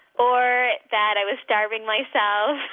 or that i was starving myself